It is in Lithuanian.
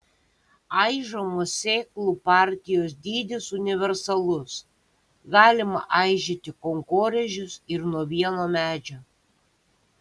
aižomos sėklų partijos dydis universalus galima aižyti kankorėžius ir nuo vieno medžio